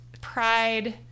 pride